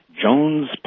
Jones